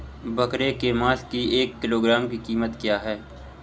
बकरे के मांस की एक किलोग्राम की कीमत क्या है?